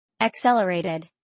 Accelerated